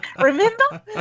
Remember